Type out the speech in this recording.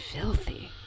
Filthy